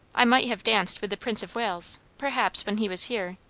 i might have danced with the prince of wales, perhaps, when he was here.